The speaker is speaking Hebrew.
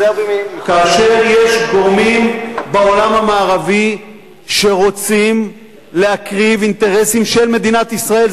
כאשר יש גורמים בעולם המערבי שרוצים להקריב אינטרסים של מדינת ישראל,